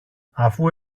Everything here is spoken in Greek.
αφού